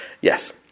Yes